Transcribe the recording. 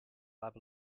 lab